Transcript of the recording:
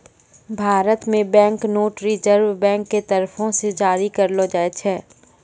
भारत मे bank note reserve bank के तरफो से जारी करलो जाय छै